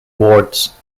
wards